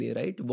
right